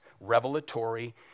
revelatory